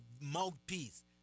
mouthpiece